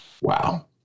Wow